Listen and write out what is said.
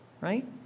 Right